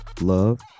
love